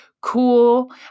cool